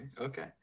Okay